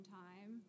time